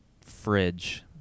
fridge